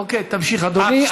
אוקיי, תמשיך אדוני.